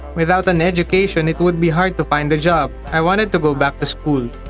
without an education, it would be hard to find a job. i wanted to go back to school.